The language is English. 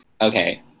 Okay